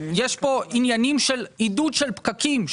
יש פה ענייניים של עידוד של פקקים,